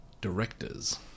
Directors